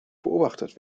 beobachtet